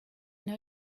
know